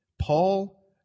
Paul